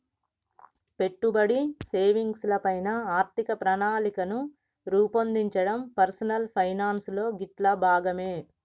పెట్టుబడి, సేవింగ్స్ ల పైన ఆర్థిక ప్రణాళికను రూపొందించడం పర్సనల్ ఫైనాన్స్ లో గిట్లా భాగమే